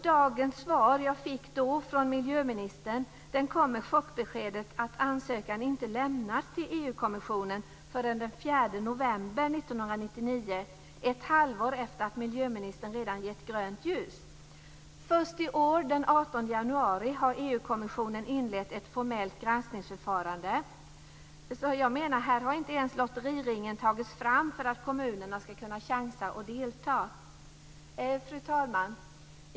Dagens svar från miljöministern kommer med chockbeskedet att ansökan inte lämnats till EU-kommissionen förrän den 4 november 1999 - ett halvår efter att miljöministern redan sagt att det var grönt ljus. Först i år, den 18 januari, har EU-kommissionen inlett ett formellt granskningsförfarande. Här har inte ens lotteriringen tagits fram för att kommunerna ska kunna chansa och delta. Fru talman!